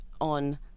on